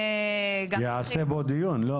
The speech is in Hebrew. ייעשה פה דיון, לא?